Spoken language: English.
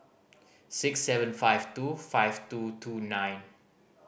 six seven five two five two two nine